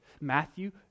Matthew